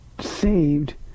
saved